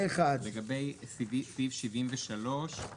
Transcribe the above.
הצבעה סעיף 85(72) אושר לגבי סעיף 73 אנחנו